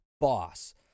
boss